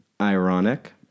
ironic